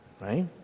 right